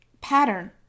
Pattern